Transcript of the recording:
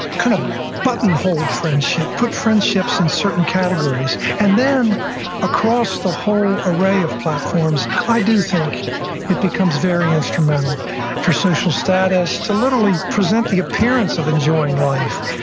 kind of button-holed friendship, put friendships in certain categories and then across the whole array of platforms, i do think it becomes very instrumental for social status, to literally present the appearance of enjoying life,